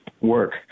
work